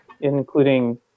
including